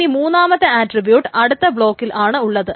ഇനി മൂന്നാമത്തെ ആട്രിബ്യൂട്ട് അടുത്ത ബ്ളോക്കിലാണ് ഉള്ളത്